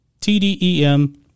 TDEM